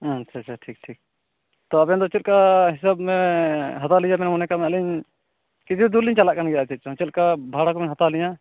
ᱟᱪᱪᱷᱟ ᱪᱷᱟ ᱴᱷᱤᱠ ᱴᱷᱤᱠ ᱛᱚ ᱟᱵᱮᱱ ᱫᱚ ᱪᱮᱫ ᱞᱮᱠᱟ ᱦᱤᱥᱟᱹᱵᱽ ᱦᱟᱛᱟᱣ ᱞᱤᱧᱟ ᱢᱚᱱᱮ ᱠᱟᱜ ᱵᱮᱱ ᱟᱹᱞᱤᱧ ᱠᱤᱪᱷᱩ ᱫᱩᱨ ᱞᱤᱧ ᱪᱟᱞᱟᱜ ᱠᱟᱱ ᱜᱮᱭᱟ ᱟᱪᱪᱷᱟ ᱪᱮᱫ ᱞᱮᱠᱟ ᱵᱷᱟᱲᱟ ᱠᱚᱵᱮᱱ ᱦᱟᱛᱟᱣᱟ ᱟᱹᱞᱤᱧᱟᱜ